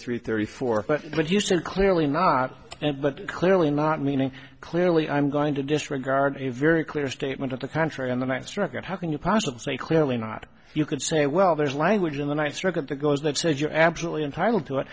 three thirty four but you say clearly not and but clearly not meaning clearly i'm going to disregard a very clear statement of the contrary and i'm struck at how can you possibly say clearly not you could say well there's language in the ninth circuit that goes that says you're absolutely entitled to it